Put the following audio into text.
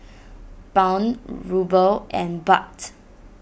Pound Ruble and Baht